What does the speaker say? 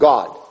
God